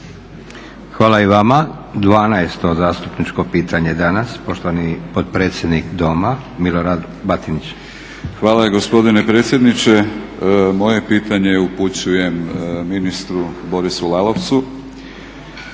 Hvala i vama. 12. zastupničko pitanje danas. Poštovani potpredsjednik Doma, Milorad Batinić. **Batinić, Milorad (HNS)** Hvala gospodine predsjedniče. Moje pitanje upućujem ministru Borisu Lalovcu.